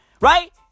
Right